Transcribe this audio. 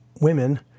women